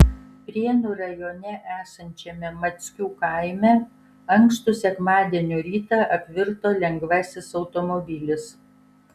prienų rajone esančiame mackių kaime ankstų sekmadienio rytą apvirto lengvasis automobilis